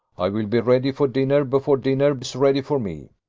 i will be ready for dinner before dinner is ready for me.